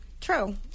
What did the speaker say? True